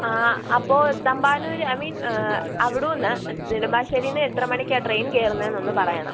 ആ അപ്പം Thampanoor I mean അവിടെ നിന്ന് നെടുമ്പാശ്ശേരിയിൽ നിന്ന് എത്ര മണിക്കാണ് ട്രെയിൻ കയറുന്നത് എന്ന് പറയണം